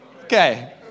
Okay